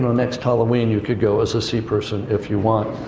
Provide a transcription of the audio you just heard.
next halloween, you could go as a sea person, if you want.